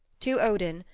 to odin,